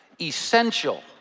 essential